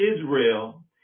Israel